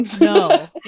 No